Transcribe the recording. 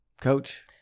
Coach